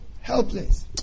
helpless